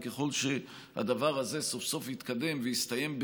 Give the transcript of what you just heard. ככל שהדבר הזה סוף-סוף יתקדם ויסתיים,